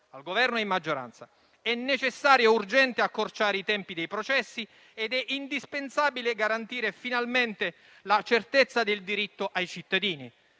al Governo e in maggioranza. È necessario e urgente accorciare i tempi dei processi ed è indispensabile garantire finalmente la certezza del diritto ai cittadini.